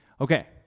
Okay